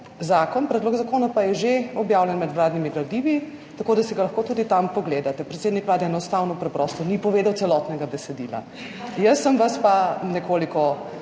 temu. Predlog zakona pa je že objavljen med vladnimi gradivi, tako da si ga lahko tudi tam pogledate. Predsednik Vlade preprosto ni povedal celotnega besedila. Jaz sem vas pa nekoliko